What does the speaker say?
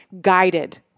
guided